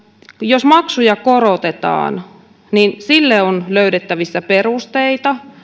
jos maksuja korotetaan niin sille on löydettävissä perusteita